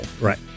Right